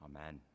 Amen